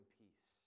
peace